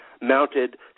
mounted